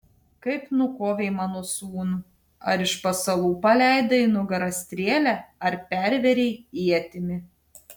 kaip nukovei mano sūnų ar iš pasalų paleidai į nugarą strėlę ar pervėrei ietimi